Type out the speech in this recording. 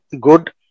good